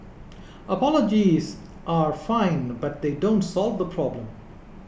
apologies are fine but they don't solve the problem